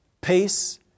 Peace